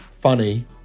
funny